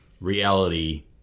reality